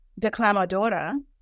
declamadora